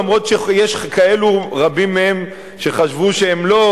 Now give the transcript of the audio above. למרות שיש רבים מהם שחשבו שהם לא,